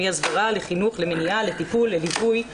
מהסברה לחינוך למניעה לטיפול להיגוי,